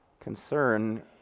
concern